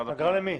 אגרה למי?